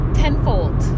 tenfold